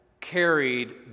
carried